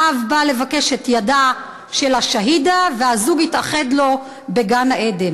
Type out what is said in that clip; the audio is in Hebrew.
האב בא לבקש את ידה של השהידה והזוג התאחד לו בגן-העדן.